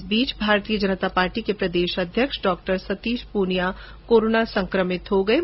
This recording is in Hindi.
इस बीच भारतीय जनता पार्टी के प्रदेश अध्यक्ष डॉ सतीश प्रनिया भी कोरोना संकमित हो गये है